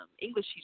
English